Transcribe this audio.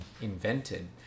invented